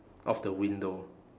of the window